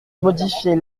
modifier